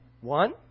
One